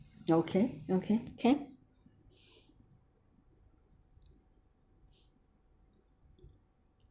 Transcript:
ya okay okay can